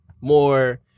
more